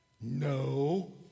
No